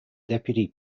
deputy